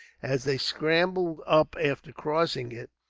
as they scrambled up after crossing it,